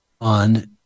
on